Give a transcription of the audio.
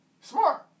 Smart